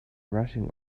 rushing